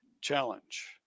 challenge